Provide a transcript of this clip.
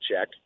check